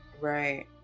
Right